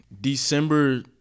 December